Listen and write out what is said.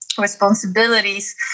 responsibilities